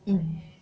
mm